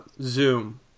Zoom